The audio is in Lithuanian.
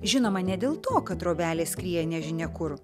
žinoma ne dėl to kad drobelė skrieja nežinia kur